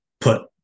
put